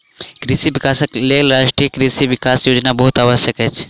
कृषि विकासक लेल राष्ट्रीय कृषि विकास योजना बहुत आवश्यक अछि